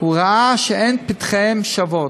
הוא ראה שאין פתחיהם שוות,